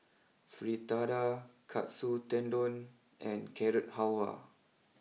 Fritada Katsu Tendon and Carrot Halwa